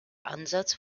ansatz